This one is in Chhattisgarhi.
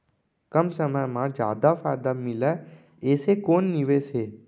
कम समय मा जादा फायदा मिलए ऐसे कोन निवेश हे?